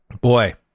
Boy